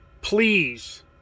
please